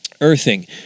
Earthing